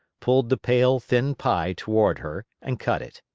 pulled the pale, thin pie toward her and cut it.